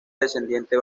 descendiente